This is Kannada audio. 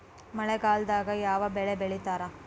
ಮಳೆಗಾಲದಾಗ ಯಾವ ಬೆಳಿ ಬೆಳಿತಾರ?